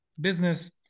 business